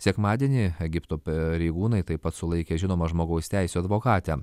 sekmadienį egipto pareigūnai taip pat sulaikė žinomą žmogaus teisių advokatę